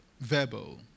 verbal